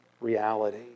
reality